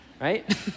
right